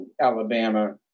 Alabama